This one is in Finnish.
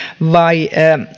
vai